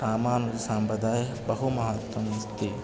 रामानुजः सम्प्रदायस्य बहु महत्वम् अस्ति